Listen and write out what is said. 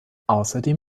außerdem